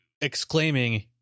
exclaiming